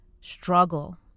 struggle